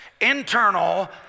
Internal